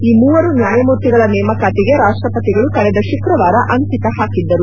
ಈ ಮೂವರು ನ್ಯಾಯಮೂರ್ತಿಗಳ ನೇಮಕಾತಿಗೆ ರಾಷ್ಷಪತಿಗಳು ಕಳೆದ ಶುಕ್ರವಾರ ಅಂಕಿತ ಹಾಕಿದ್ದರು